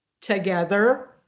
together